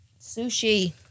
Sushi